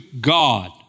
God